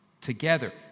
together